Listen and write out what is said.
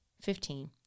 Fifteen